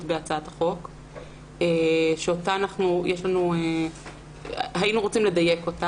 בהצעת החוק ושהיינו רוצים לדייק אותה.